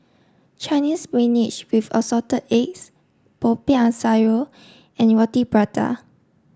Chinese spinach with assorted eggs Popiah Sayur and Roti Prata